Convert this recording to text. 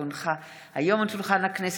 כי הונחה היום על שולחן הכנסת,